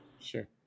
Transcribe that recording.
Sure